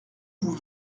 vous